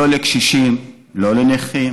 לא לקשישים, לא לנכים